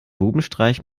bubenstreich